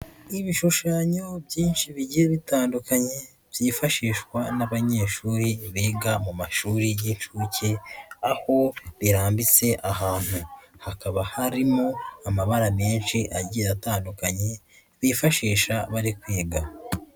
Ibishushanyo byinshi bigiye bitandukanye, byifashishwa n'abanyeshuri biga mu mashuri y'inshuke, aho birambitse ahantu. Hakaba harimo amabara menshi agiye atandukanye, bifashisha bari kwiga.